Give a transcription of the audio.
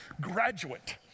Graduate